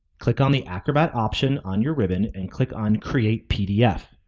click on the acrobat option on your ribbon and click on create pdf,